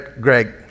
Greg